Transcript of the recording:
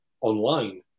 online